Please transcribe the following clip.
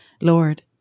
Lord